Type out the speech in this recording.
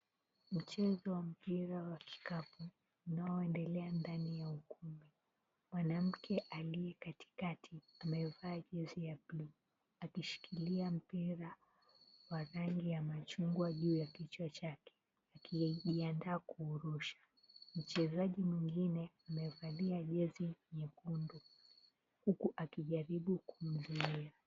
Mchezo wa mpira wa kikapu unaoendelea ndani ya ukumbi, mwanamke aliye katikati amevaa jezi nyekundu na kushikilia mpira wa rangi ya machungwa juu ya kichwa chake, akijiandaa kuurusha. Mchezaji mwengine amevalia jezi nyekundu huku akijaribu kumzuia.